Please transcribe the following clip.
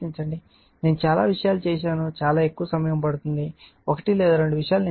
కాబట్టి నేను చాలా విషయాలు చేశాను చాలా ఎక్కువ సమయం పడుతుంది ఒకటి లేదా రెండు విషయాలు నేను చెబుతున్నాను